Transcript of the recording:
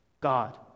God